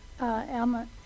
Alma